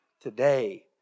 Today